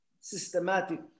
systematic